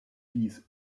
dies